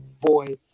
Boy